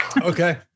Okay